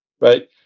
right